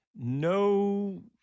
No